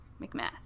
McMath